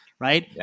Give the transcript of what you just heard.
Right